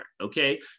okay